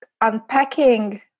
unpacking